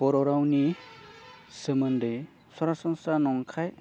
बर' रावनि सोमोन्दै सरासनस्रा नंखाय